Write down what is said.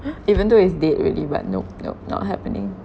even though it's dead already but nope nope not happening